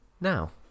now